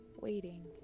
waiting